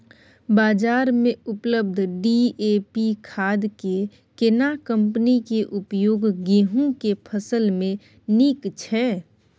बाजार में उपलब्ध डी.ए.पी खाद के केना कम्पनी के उपयोग गेहूं के फसल में नीक छैय?